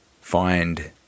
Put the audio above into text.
find